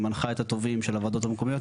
שמנחה את הטובים של הוועדות המקומיות,